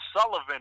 Sullivan